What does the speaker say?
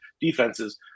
defenses